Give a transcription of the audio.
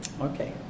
Okay